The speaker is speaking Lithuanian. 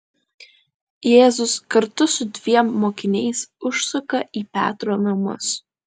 jėzus kartu su dviem mokiniais užsuka į petro namus